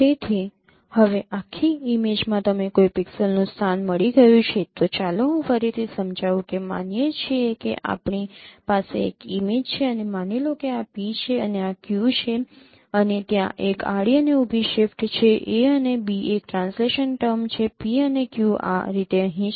તેથી હવે આખી ઇમેજ માં તમને કોઈ પિક્સેલનું સ્થાન મળી ગયું છે તો ચાલો હું ફરીથી સમજાવું કે માનીએ છીએ કે આપણી પાસે એક ઇમેજ છે અને માની લો કે આ p છે અને આ q છે અને ત્યાં એક આડી અને ઊભી શિફ્ટ છે a અને b એક ટ્રાન્સલેશન ટર્મ છે p અને q આ રીતે અહીં છે